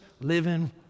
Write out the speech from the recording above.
living